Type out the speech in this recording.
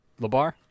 Labar